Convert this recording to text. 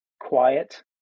quiet